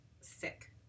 sick